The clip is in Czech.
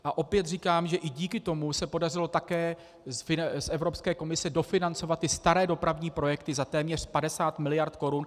A opět říkám, že i díky tomu se podařilo také z Evropské komise dofinancovat staré dopravní projekty za téměř 50 miliard korun.